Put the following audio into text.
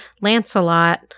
lancelot